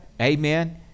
amen